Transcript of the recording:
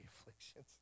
afflictions